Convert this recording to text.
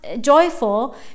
joyful